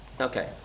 Okay